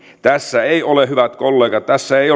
tässä ei ole hyvät kollegat